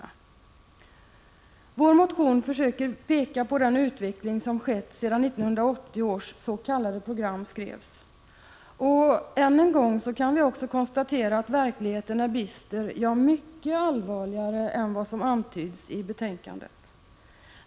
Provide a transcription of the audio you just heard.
I vår motion försöker vi peka på den utveckling som skett sedan 1980 års s.k. program skrevs. Än en gång kan vi konstatera att verkligheten är bister — ja, mycket allvarligare än vad som antyds i betänkandet.